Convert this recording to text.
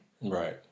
Right